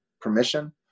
permission